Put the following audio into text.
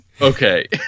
Okay